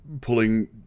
pulling